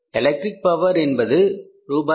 electric power 500 ரூபாய்